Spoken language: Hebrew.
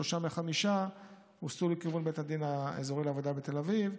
שלושה מחמישה הוסטו לכיוון בית הדין האזורי לעבודה בתל אביב.